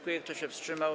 Kto się wstrzymał?